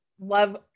love